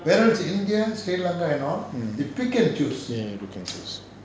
mm ya pick and choose